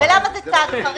למה זה צעד חריג?